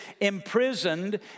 imprisoned